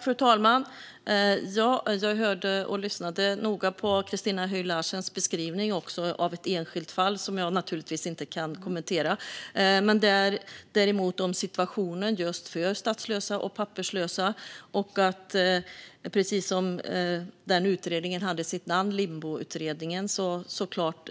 Fru talman! Jag lyssnade noga på Christina Höj Larsens beskrivning av ett enskilt fall, som jag naturligtvis inte kan kommentera. När det däremot gäller situationen för statslösa och papperslösa säger utredningens namn, Limboutredningen, såklart